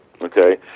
okay